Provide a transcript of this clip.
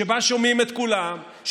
שבה שומעים את כולם,